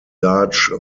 large